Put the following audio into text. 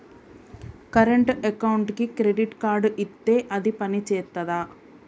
Current అకౌంట్కి credit card ఇత్తే అది పని చేత్తదా?